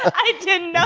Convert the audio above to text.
i didn't